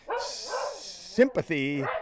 sympathy